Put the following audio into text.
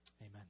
Amen